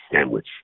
sandwich